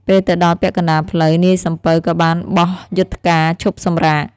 ពេលទៅដល់ពាក់កណ្ដាលផ្លូវ នាយសំពៅក៏បានបោះយុថ្កាឈប់សម្រាក។